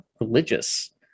religious